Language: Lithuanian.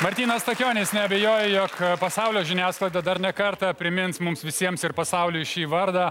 martynas stakionis neabejoju jog pasaulio žiniasklaida dar ne kartą primins mums visiems ir pasauliui šį vardą